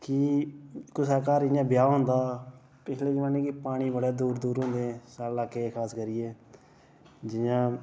कि कुसै दे घर जि'यां ब्याह् होंदा पिछले जमाने के पानी बड़े दूर दूर होंदे हे साढ़े लाके च खास करियै जि'यां